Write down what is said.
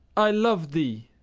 i love thee!